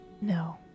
No